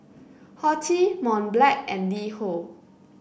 Horti Mont Blanc and LiHo